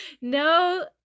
No